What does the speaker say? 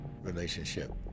relationship